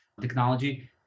technology